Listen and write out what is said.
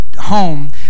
home